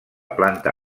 planta